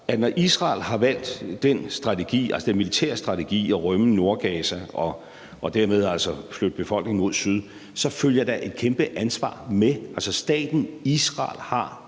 at når Israel har valgt den militære strategi at rømme Nordgaza og dermed altså flytte befolkningen mod syd, så følger der et kæmpe ansvar med. Altså, staten Israel har